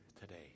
today